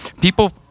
People